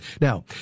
Now